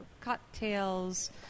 cocktails